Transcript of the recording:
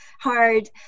hard